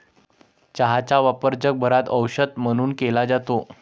चहाचा वापर जगभरात औषध म्हणून केला जातो